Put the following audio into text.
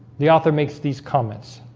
the author makes these comments